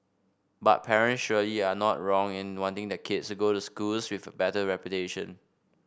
but parents surely are not wrong in wanting their kids to go to schools with a better reputation